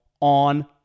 on